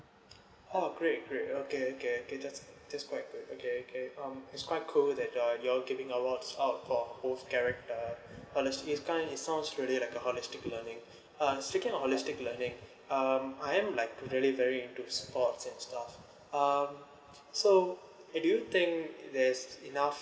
oh great great okay okay okay that's that's quite good okay okay um that's quite cool that you all you all giving awards of for both character uh like it's kind is sounds really like a holistic learning uh speaking of holistic learning um I'm like very very into sports and stuff uh so do you think that's enough